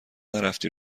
نرفتی